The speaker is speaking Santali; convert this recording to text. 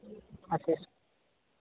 ᱟᱪᱪᱷᱟ